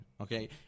okay